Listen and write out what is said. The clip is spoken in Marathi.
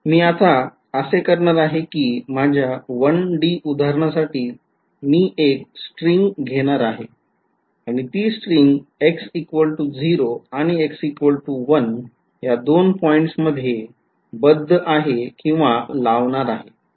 मी आता असे करणार आहे कि माझ्या 1D उदाहरणसाठी मी एक स्ट्रिंग घेणार आहे आणि ती स्ट्रिंग x0 आणि x१ या दोन पॉईंट्स मध्ये बद्धलावणार करणार आहे